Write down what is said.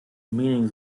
meaning